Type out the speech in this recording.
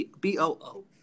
B-O-O